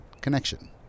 connection